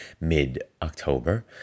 mid-October